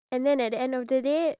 have what